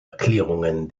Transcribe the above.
erklärungen